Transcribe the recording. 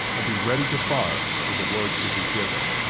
and be ready to fire when the word should be given.